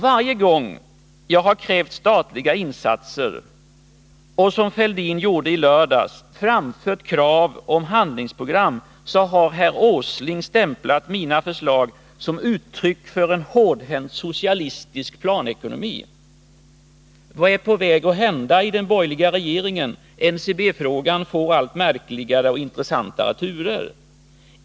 Varje gång jag har krävt statliga insatser och, som Thorbjörn Fälldin gjorde i lördags, framfört krav på handlingsprogram har herr Åsling stämplat mina förslag som uttryck för en hårdhänt socialistisk planekonomi. Vad är på väg att hända i den borgerliga regeringen? Det blir allt märkligare och intressantare turer i NCB-frågan.